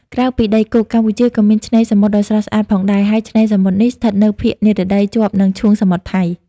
ក្រៅពីដីគោក កម្ពុជាក៏មានឆ្នេរសមុទ្រដ៏ស្រស់ស្អាតផងដែរ ហើយឆ្នេរសមុទ្រនេះស្ថិតនៅភាគនិរតីជាប់នឹង ឈូងសមុទ្រថៃ។